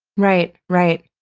right, right.